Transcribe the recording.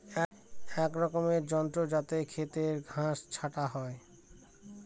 এক রকমের যন্ত্র যাতে খেতের ঘাস ছাটা হয়